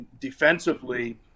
defensively